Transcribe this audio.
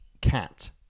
cat